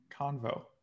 convo